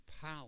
power